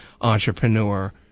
entrepreneur